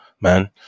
man